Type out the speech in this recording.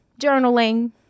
journaling